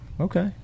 Okay